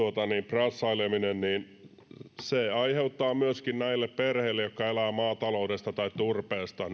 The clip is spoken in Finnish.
brassaileminen aiheuttaa myöskin näille perheille jotka elävät maataloudesta tai turpeesta